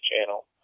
channel